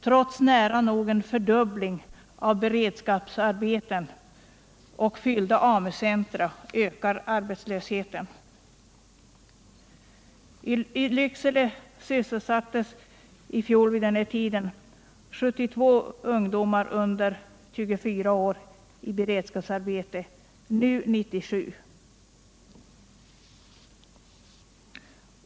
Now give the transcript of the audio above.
Trots nära nog en fördubbling av beredskapsarbetena och trots fyllda AMU-centra ökar arbetslösheten. I Lycksele sysselsattes i fjol vid den här tiden 72 ungdomar under 24 år i beredskapsarbete, nu är siffran 97.